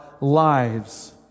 lives